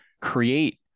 create